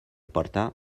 porta